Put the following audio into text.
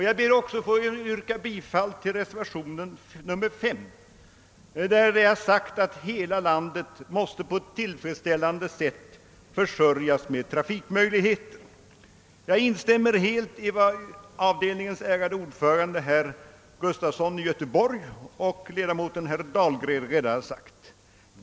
Jag ber också att få yrka bifall till reservationen 5, i vilken vi har framhållit att hela landet måste ha en tillfredsställande trafikförsörjning. Jag instämmer helt i vad avdelningens ärade ordförande, herr Gustafson i Göteborg, och ledamoten herr Dahlgren redan har sagt.